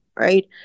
right